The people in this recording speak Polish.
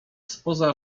spoza